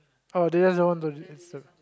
oh they are the one